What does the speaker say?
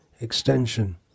extension